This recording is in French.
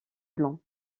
blanc